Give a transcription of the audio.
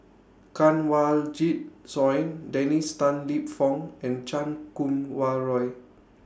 Kanwaljit Soin Dennis Tan Lip Fong and Chan Kum Wah Roy